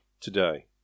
today